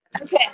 Okay